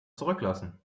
zurücklassen